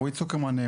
רועי צוקרמן,